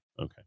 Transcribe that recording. Okay